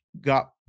got